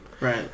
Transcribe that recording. Right